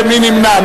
מי נמנע?